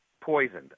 poisoned